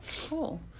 Cool